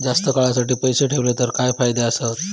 जास्त काळासाठी पैसे ठेवले तर काय फायदे आसत?